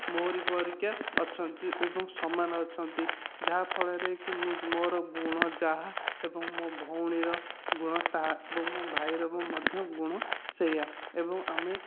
ମୋରି ପରିକା ଅଛନ୍ତି ଏବଂ ସମାନ ଅଛନ୍ତି ଯାହାଫଳରେ କି ମୁଁ ମୋର ଗୁଣ ଯାହା ଏବଂ ମୋ ଭଉଣୀର ଗୁଣ ତାହା ଏବଂ ମୋ ଭାଇର ମଧ୍ୟ ଗୁଣ ସେହିୟା ଏବଂ ଆମେ